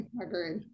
agreed